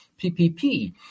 PPP